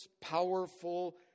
powerful